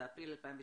זה אפריל 2019,